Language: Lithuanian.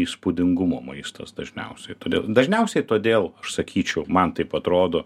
įspūdingumo maistas dažniausiai todėl dažniausiai todėl aš sakyčiau man taip atrodo